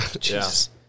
Jesus